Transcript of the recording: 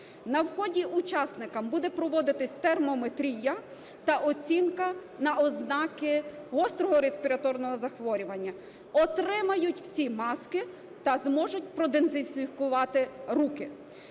На вході учасникам буде проводитись термометрія та оцінка на ознаки гострого респіраторного захворювання. Отримають всі маски та зможуть продезінфікувати руки.